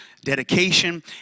dedication